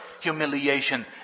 humiliation